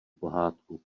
pohádku